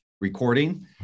recording